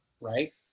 right